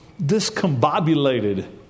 discombobulated